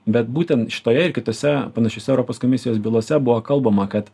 bet būtent šitoje ir kitose panašiose europos komisijos bylose buvo kalbama kad